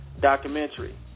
documentary